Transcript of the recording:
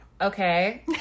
Okay